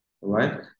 right